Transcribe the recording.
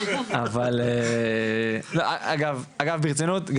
אבל ברצינות,